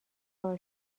کار